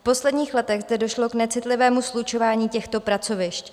V posledních letech zde došlo k necitlivému slučování těchto pracovišť.